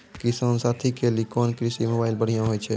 किसान साथी के लिए कोन कृषि मोबाइल बढ़िया होय छै?